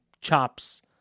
chops